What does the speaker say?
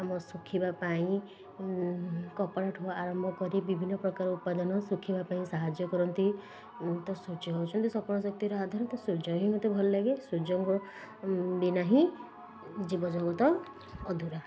ଆମ ଶୁଖିବା ପାଇଁ କପଡ଼ାଠୁ ଆରମ୍ଭ କରି ବିଭିନ୍ନ ପ୍ରକାର ଉପାଦାନ ଶୁଖିବା ପାଇଁ ସାହାଯ୍ୟ କରନ୍ତି ତ ସୂର୍ଯ୍ୟ ହେଉଛନ୍ତି ସକଳ ଶକ୍ତିର ଆଧାର ତ ସୂର୍ଯ୍ୟ ହିଁ ମୋତେ ଭଲ ଲାଗେ ସୂର୍ଯ୍ୟଙ୍କ ବିନା ହିଁ ଜୀବଜଗତ ଅଧୁରା